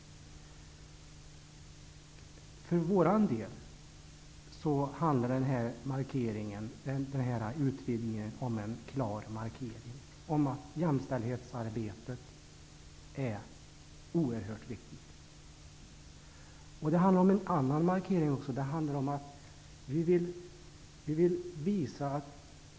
För vår del handlar utvidgningen om en klar markering om att jämställdhetsarbetet är oerhört viktigt. Det handlar också om en annan markering.